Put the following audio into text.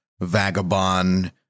vagabond